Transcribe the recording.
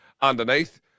underneath